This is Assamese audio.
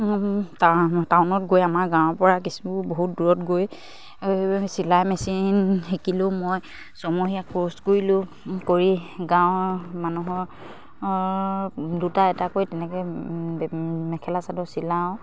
টাউনত গৈ আমাৰ গাঁৱৰপৰা কিছু বহুত দূৰত গৈ চিলাই মেচিন শিকিলোঁ মই ছমহীয়া কোৰ্চ কৰিলোঁ কৰি গাঁৱৰ মানুহৰ দুটা এটাকৈ তেনেকৈ মেখেলা চাদৰ চিলাওঁ